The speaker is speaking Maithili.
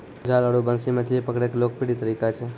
जाल आरो बंसी मछली पकड़ै के लोकप्रिय तरीका छै